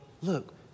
look